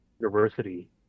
university